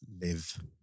live